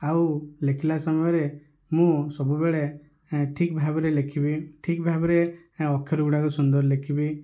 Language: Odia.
ଆଉ ଲେଖିଲା ସମୟରେ ମୁଁ ସବୁବେଳେ ଠିକ୍ ଭାବରେ ଲେଖିବି ଠିକ୍ ଭାବରେ ଅକ୍ଷର ଗୁଡ଼ାକ ସୁନ୍ଦର ଲେଖିବି